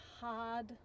hard